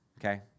okay